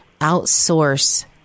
outsource